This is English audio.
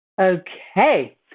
okay